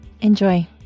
Enjoy